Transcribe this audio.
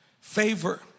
Favor